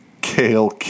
Kale